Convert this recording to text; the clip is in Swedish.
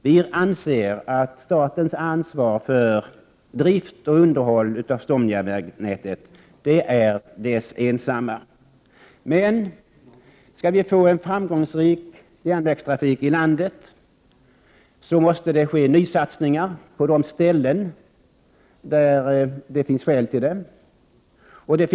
Vi anser att staten ensam har ansvar för drift och underhåll av stomjärnvägsnätet. Men skall vi ha en framgångsrik järnvägstrafik i landet, måste det få ske nysatsningar där det finns anledning till det.